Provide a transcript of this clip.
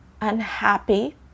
unhappy